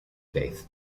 faith